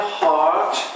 heart